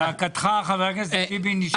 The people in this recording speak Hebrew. זעקתך חבר הכנסת טיבי נשמעה.